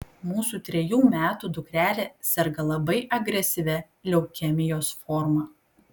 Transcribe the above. mūsų trejų metų dukrelė serga labai agresyvia leukemijos forma